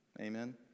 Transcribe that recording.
Amen